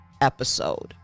episode